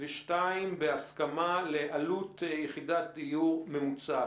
ושתיים, הסכמה לעלות יחידת דיור ממוצעת.